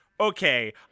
okay